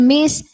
Miss